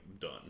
done